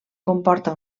comporta